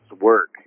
work